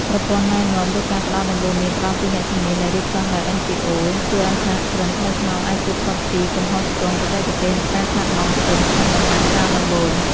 ប្រព័ន្ធណែនាំ ឬការផ្ដល់ដំបូន្មានផ្ទាល់ពីអ្នកជំនាញដែលរៀបចំដោយ NGOs ជួយឱ្យសហគ្រិនថ្មីថ្មោងអាចជៀសផុតពីកំហុសឆ្គងបច្ចេកទេស និងការខាតបង់ទុនក្នុងដំណាក់កាលដំបូង។